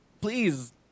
please